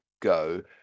Go